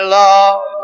love